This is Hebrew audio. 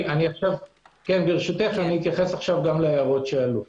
אתייחס להערות שעלו.